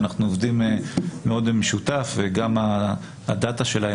אנחנו עובדים מאוד במשותף וגם הדאטה שלהם